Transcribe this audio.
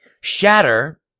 Shatter